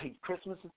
Christmas